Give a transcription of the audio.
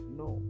no